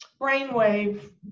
brainwave